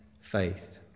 faith